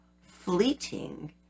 fleeting